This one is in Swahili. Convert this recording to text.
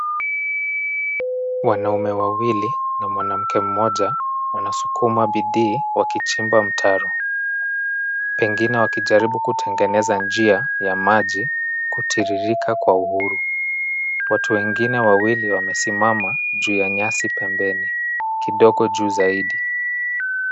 Wanaume wawili na mwanamke mmoja, wanasukuma bidii wakichimba mtaro, pengine wakijaribu kutengeneza njia ya maji kutiririka kwa uhuru. Watu wengine wawili wamesimama juu ya nyasi pembeni, kidogo juu zaidi.